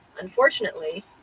unfortunately